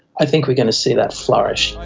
i think we're going to see that flourish.